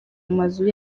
amazu